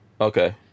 okay